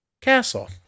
castle